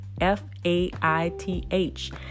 f-a-i-t-h